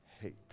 hate